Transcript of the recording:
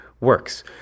works